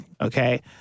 okay